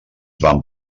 van